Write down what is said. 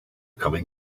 coming